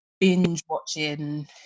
binge-watching